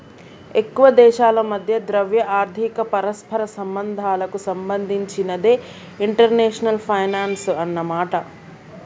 ఎక్కువ దేశాల మధ్య ద్రవ్య ఆర్థిక పరస్పర సంబంధాలకు సంబంధించినదే ఇంటర్నేషనల్ ఫైనాన్సు అన్నమాట